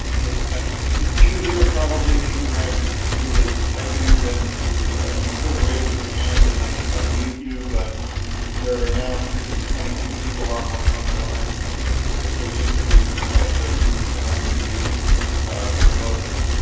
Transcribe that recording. it's easier probably to interact through the typing then to you could raise your hand and i could unmute you but there are now hundreds and twenty two people on like on the line and that it gets logistically difficult to mute and unmute you remotely